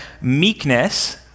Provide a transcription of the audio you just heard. meekness